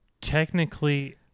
technically